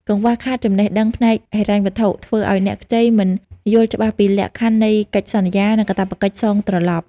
កង្វះខាតចំណេះដឹងផ្នែកហិរញ្ញវត្ថុ ធ្វើឱ្យអ្នកខ្ចីមិនយល់ច្បាស់ពីលក្ខខណ្ឌនៃកិច្ចសន្យា និងកាតព្វកិច្ចសងត្រឡប់។